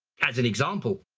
as an example,